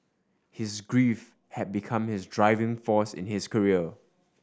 his grief had become his driving force in his career